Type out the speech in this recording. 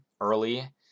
early